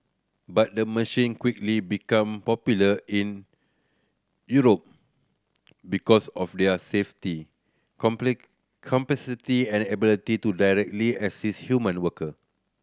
but the machine quickly become popular in Europe because of their safety and ability to directly assist human worker